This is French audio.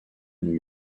new